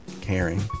caring